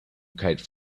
kite